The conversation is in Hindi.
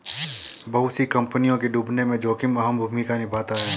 बहुत सी कम्पनियों के डूबने में जोखिम अहम भूमिका निभाता है